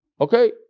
Okay